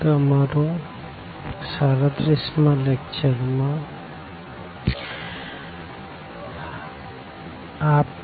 તો આ 37 માં લેકચર માં તમારું સ્વાગત છે